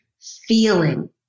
feeling